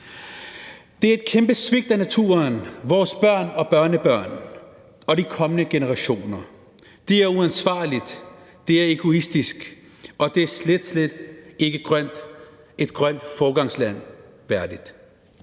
Det er et kæmpe svigt af naturen, vores børn og børnebørn og de kommende generationer. Det er uansvarligt, det er egoistisk, og det er slet, slet ikke et grønt foregangsland værdigt.